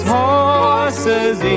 horse's